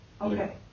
Okay